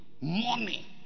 Money